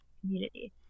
community